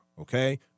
okay